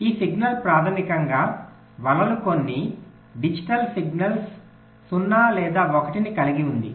ఈ సిగ్నల్ ప్రాథమికంగా వలలు కొన్ని డిజిటల్ సిగ్నల్స్ 0 లేదా 1 ను కలిగి ఉంది